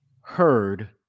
heard